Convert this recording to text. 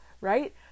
right